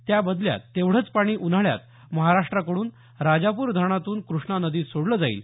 त्या बदल्यात तेवढंच पाणी उन्हाळ्यात महाराष्ट्राकडून राजापूर धरणातून कृष्णा नदीत सोडलं जाईल